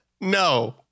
No